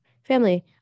Family